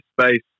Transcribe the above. space